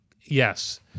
Yes